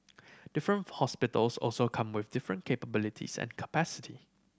different hospitals also come with different capabilities and capacity